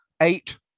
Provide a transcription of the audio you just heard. eight